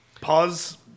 Pause